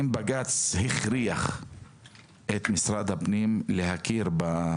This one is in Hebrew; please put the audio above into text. בג"ץ הכריח את משרד הפנים להכיר ביישוב.